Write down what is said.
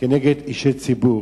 באישי ציבור.